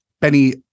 Benny